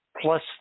plus